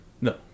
No